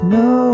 no